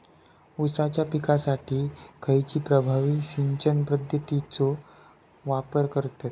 ऊसाच्या पिकासाठी खैयची प्रभावी सिंचन पद्धताचो वापर करतत?